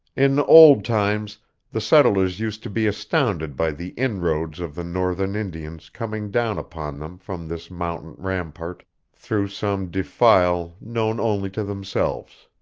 in old times the settlers used to be astounded by the inroads of the northern indians coming down upon them from this mountain rampart through some defile known only to themselves.